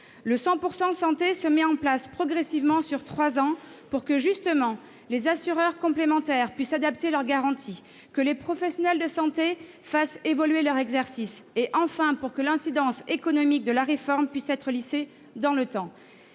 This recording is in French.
Le 100 % santé se mettra en place progressivement sur trois ans pour que, justement, les assurances complémentaires puissent adapter leurs garanties, que les professionnels de santé fassent évoluer leur exercice et, enfin, que l'incidence économique de la réforme puisse être lissée dans le temps.